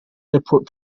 airport